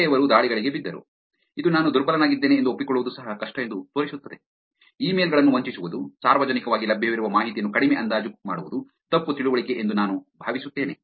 ಬೇರೆಯವರು ದಾಳಿಗಳಿಗೆ ಬಿದ್ದರು ಇದು ನಾನು ದುರ್ಬಲನಾಗಿದ್ದೇನೆ ಎಂದು ಒಪ್ಪಿಕೊಳ್ಳುವುದು ಸಹ ಕಷ್ಟ ಎಂದು ತೋರಿಸುತ್ತದೆ ಇಮೇಲ್ ಗಳನ್ನು ವಂಚಿಸುವುದು ಸಾರ್ವಜನಿಕವಾಗಿ ಲಭ್ಯವಿರುವ ಮಾಹಿತಿಯನ್ನು ಕಡಿಮೆ ಅಂದಾಜು ಮಾಡುವುದು ತಪ್ಪು ತಿಳುವಳಿಕೆ ಎಂದು ನಾನು ಭಾವಿಸುತ್ತೇನೆ